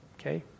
Okay